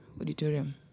Auditorium